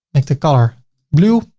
make the color blue.